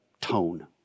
tone